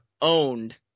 owned